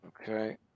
Okay